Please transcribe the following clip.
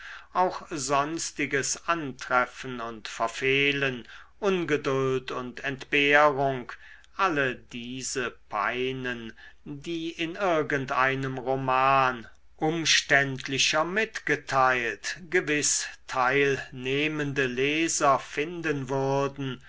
auch sonstiges antreffen und verfehlen ungeduld und entbehrung alle diese peinen die in irgend einem roman umständlicher mitgeteilt gewiß teilnehmende leser finden würden